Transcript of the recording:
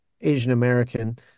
Asian-American